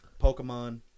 Pokemon